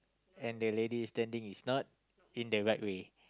and the lady standing is not in the right way